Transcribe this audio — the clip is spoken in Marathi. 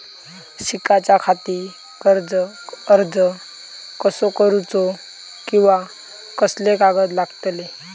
शिकाच्याखाती कर्ज अर्ज कसो करुचो कीवा कसले कागद लागतले?